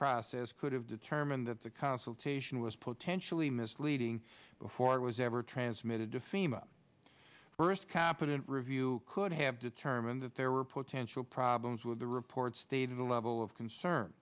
process could have determined that the consultation was potentially misleading before it was ever transmitted to fema first competent review could have determined that there were potential problems with the report stated a level of concern